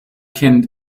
kent